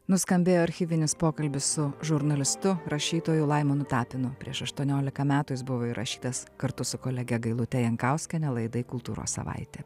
nuskambėjo archyvinis pokalbis su žurnalistu rašytoju laimonu tapinu prieš aštuoniolika metų jis buvo įrašytas kartu su kolege gailute jankauskiene laidai kultūros savaitė